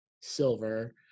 silver